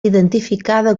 identificada